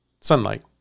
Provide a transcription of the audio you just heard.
sunlight